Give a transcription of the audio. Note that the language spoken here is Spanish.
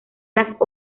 las